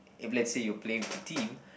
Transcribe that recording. if let's say you play for team